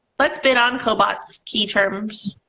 let's bid on kobot's key terms!